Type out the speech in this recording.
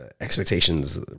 expectations